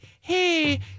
hey